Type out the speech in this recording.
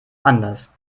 anders